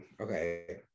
okay